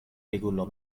frigulo